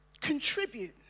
contribute